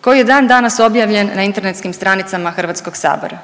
koji je dan danas objavljen na internetskim stranicama Hrvatskog sabora.